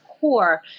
core